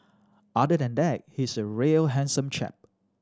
other than that he's a real handsome chap